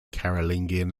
carolingian